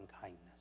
kindness